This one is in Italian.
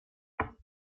principe